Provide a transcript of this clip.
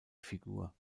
figur